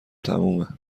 تمومه